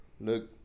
Look